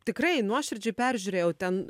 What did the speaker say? tikrai nuoširdžiai peržiūrėjau ten